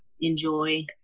enjoy